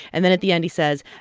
and then at the end, he says,